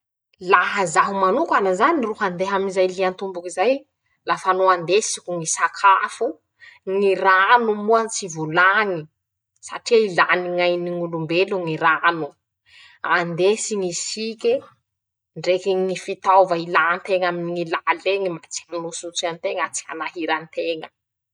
Laha zaho manokana zany ro handeha am'izay liantomboky zay: -Lafa no andesiko ñy sakafo, ñy rano moa tsy volañy, satria ilany ñ'ain'olombelo ñy rano, andesy ñy sike, ndreky ñy fitaova ilanteña aminy ñy laleñy mba tsy anosotsy anteña, tsy anahiranteña.